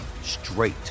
straight